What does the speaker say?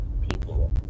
people